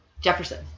Jefferson